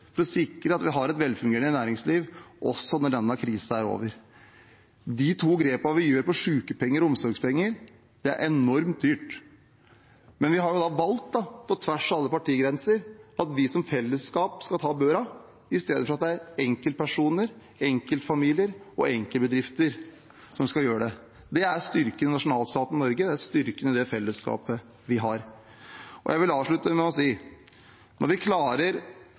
at vi har et velfungerende næringsliv også når denne krisen er over. De to grepene vi gjør når det gjelder sykepenger og omsorgspenger, er enormt dyre. Men vi har da valgt, på tvers av alle partigrenser, at vi som fellesskap skal ta børa i stedet for at det er enkeltpersoner, enkeltfamilier og enkeltbedrifter som skal ta den. Det er styrken i nasjonalstaten Norge, det er styrken i det fellesskapet vi har. Jeg vil avslutte med å si: Når vi på så kort tid, som politisk fellesskap, klarer